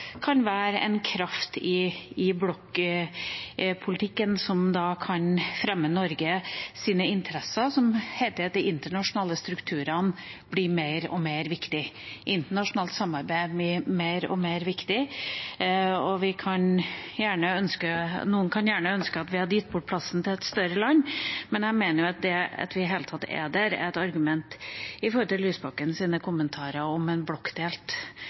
kan være en kraft i blokkpolitikken som kan fremme Norges interesser når de internasjonale strukturene og internasjonalt samarbeid hele tida blir mer og mer viktig. Noen kan gjerne ønske at vi hadde gitt bort plassen til et større land, men i forbindelse med Lysbakkens kommentarer om en blokkdelt verden mener jeg at det at vi i det hele tatt er der, at Norge deltar i Sikkerhetsrådet, sånn sett er et argument